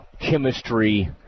chemistry